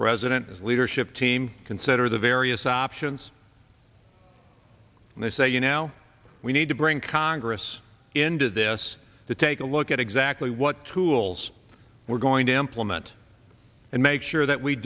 president his leadership team consider the various options and they say you now we need to bring congress into this to take a look at exactly what rules we're going to implement and make sure that we